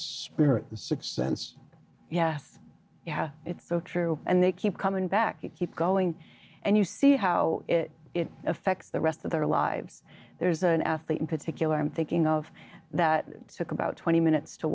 spirit the sixth sense yeah yeah it's so true and they keep coming back and keep going and you see how it affects the rest of their lives there's an athlete in particular i'm thinking of that took about twenty minutes to